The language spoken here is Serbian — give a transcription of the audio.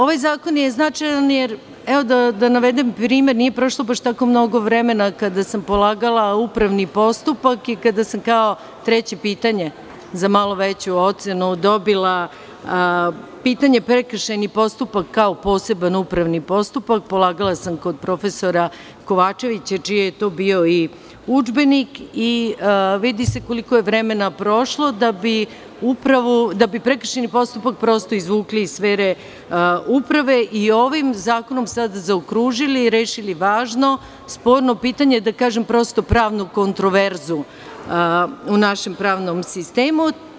Ovaj zakon je značajan, evo da navedem primer, nije prošlo baš tako mnogo vremena kada sam polagala upravni postupak i kada sam kao treće pitanje za malo veću ocenu dobila pitanje – prekršajni postupak kao poseban upravni postupak, polagala sam kod profesora Kovačevića, čiji je to bio i udžbenik i vidi se koliko je vremena prošlo da bi prekršajni postupak prosto izvukli iz sfere uprave i ovim zakonom sada zaokružili i rešili važno, sporno pitanje, da kažem, prosto, pravnu kontroverzu u našem pravnom sistemu.